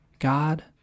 God